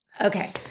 Okay